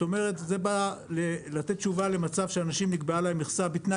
זה בא לתת תשובה למצב שלאנשים נקבעה מכסה בתנאי